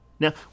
Now